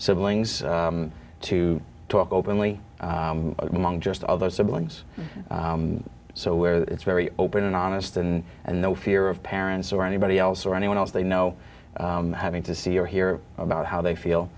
siblings to talk openly among just other siblings so where it's very open and honest and and no fear of parents or anybody else or anyone else they know having to see or hear about how they feel